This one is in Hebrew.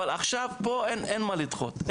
אבל עכשיו אין מה לדחות,